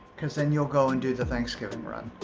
cause then you'll go and do the thanksgiving run,